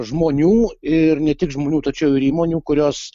žmonių ir ne tik žmonių tačiau ir įmonių kurios